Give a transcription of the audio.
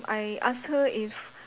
I ask her if